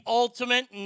ultimate